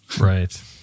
Right